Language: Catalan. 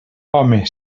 home